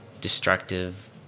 destructive